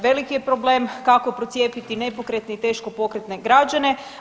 Veliki je problem kako procijepiti nepokretne i teško pokretne građane.